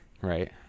Right